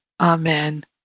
amen